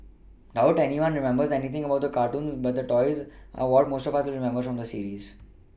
doubt anyone remembers anything about the cartoons but the toys are what most of us will remember from this series